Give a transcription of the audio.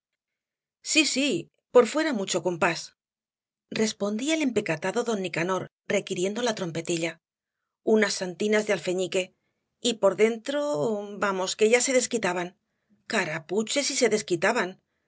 sí sí por fuera mucho compás respondía el empecatado don nicanor requiriendo la trompetilla unas santinas de alfeñique y por dentro vamos que ya se desquitaban carapuche si se desquitaban